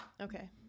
Okay